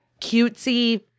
cutesy